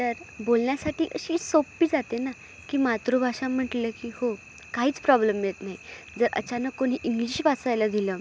तर बोलण्यासाठी अशी सोपी जाते ना की मातृभाषा म्हटलं की हो काहीच प्रॉब्लेम येत नाही जर अचानक कोणी इंग्लिश वाचायला दिलं